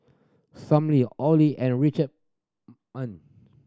Olie and Rich